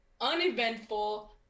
uneventful